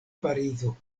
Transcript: parizo